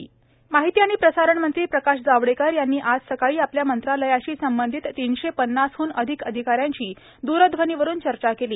प्रकाश जावडेकरएअर माहिती आणि प्रसारण मंत्री प्रकाश जावडेकर यांनी आज सकाळी आपल्या मंत्रालयाशी संबधित तीनशे पन्नासहन अधिक अधिकाऱ्यांशी द्रध्वनीवरून चर्चा केली